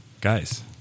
guys